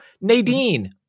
Nadine